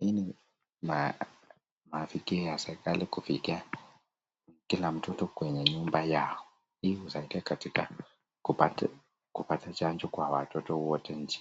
nyumba. Hii ni mafikio ya serikali kufikia kila mtoto kwenye nyumba yao. Hii husaidia katika kupata kupata chanjo kwa watoto wote nchini.